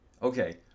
Okay